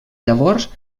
llavors